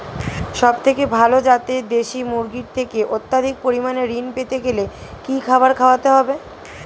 সবথেকে ভালো যাতে দেশি মুরগির থেকে অত্যাধিক পরিমাণে ঋণ পেতে গেলে কি খাবার খাওয়াতে হবে?